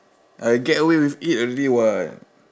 I get away with it already [what]